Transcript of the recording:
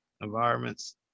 environments